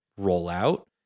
rollout